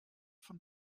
von